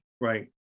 right